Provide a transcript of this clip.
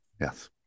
Yes